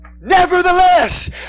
Nevertheless